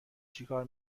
چیکار